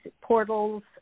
portals